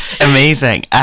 Amazing